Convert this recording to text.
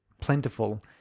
plentiful